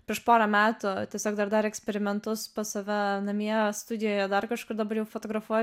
prieš porą metų tiesiog dar darė eksperimentus pas save namie studijoje dar kažkur dabar jau fotografuoja